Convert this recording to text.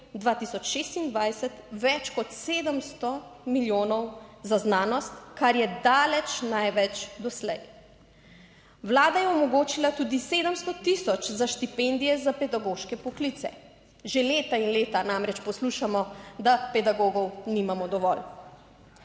2026 več kot 700 milijonov za znanost, kar je daleč največ doslej. Vlada je omogočila tudi 700 tisoč za štipendije za pedagoške poklice, že leta in leta namreč poslušamo, da pedagogov nimamo dovolj.